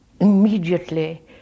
immediately